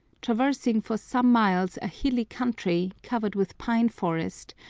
traversing for some miles a hilly country, covered with pine-forest,